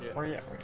or yet